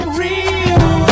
real